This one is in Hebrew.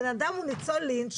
בן אדם הוא ניצול לינץ',